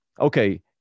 okay